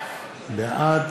בעד